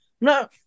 No